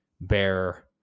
bear